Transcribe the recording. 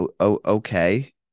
okay